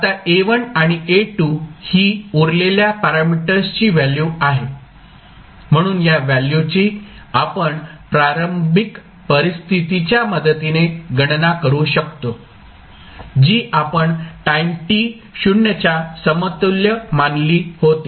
आता A1 आणि A2 ही उरलेल्या पॅरामिटर्स ची व्हॅल्यू आहे म्हणून हया व्हॅल्यूची आपण प्रारंभिक परिस्थितीच्या मदतीने गणना करू शकतो जी आपण टाईम t 0 च्या समतुल्य मानली होती